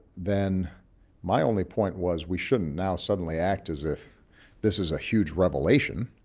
then my only point was we shouldn't now suddenly act as if this is a huge revelation.